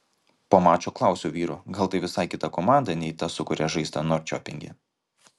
po mačo klausiau vyrų gal tai visai kita komanda nei ta su kuria žaista norčiopinge